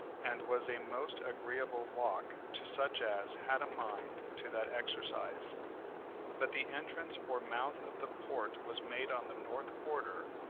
and was a most agreeable walk to such as had a mind to that exercise but the entrance or mouth of the port was made on the north quarter,